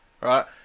right